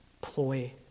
ploy